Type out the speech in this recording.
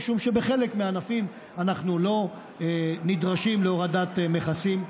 משום שבחלק מהענפים אנחנו לא נדרשים להורדת מכסים.